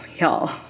y'all